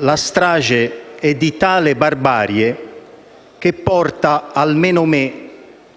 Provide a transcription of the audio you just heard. La strage è di tale barbarie che porta, almeno me,